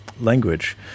language